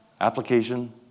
Application